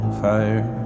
fire